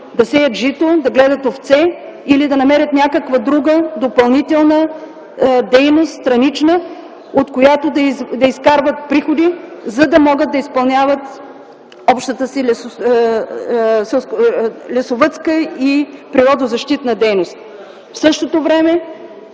да сеят жито, да гледат овце или да намерят някаква друга странична допълнителна дейност, от която да изкарват приходи, за да могат да изпълняват общата си лесовъдска и природозащитна дейност. В същото време